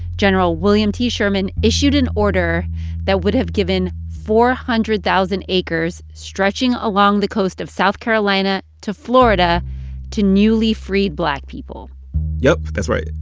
general william t. sherman issued an order that would have given four hundred thousand acres stretching along the coast of south carolina to florida to newly freed black people yep. that's right.